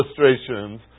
illustrations